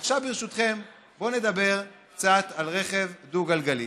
עכשיו, ברשותכם, בואו נדבר קצת על רכב דו-גלגלי.